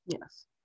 Yes